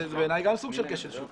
זה גם בעיניי סוג של כשל שוק.